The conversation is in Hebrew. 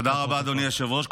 תודה רבה, אדוני היושב-ראש.